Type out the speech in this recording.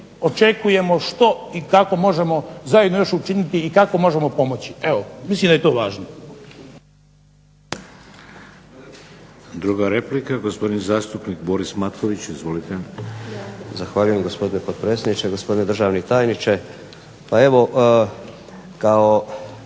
očekujemo što i kako možemo zajedno još učiniti i kako možemo pomoći. Evo, mislim da je to važno. **Šeks, Vladimir (HDZ)** Druga replika, gospodin zastupnik Boris Matković. Izvolite. **Matković, Borislav (HDZ)** Zahvaljujem gospodine potpredsjedniče, gospodine državni tajniče. Pa evo kao